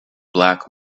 black